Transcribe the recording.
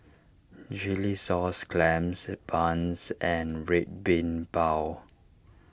Chilli Sauce Clams Buns and Red Bean Bao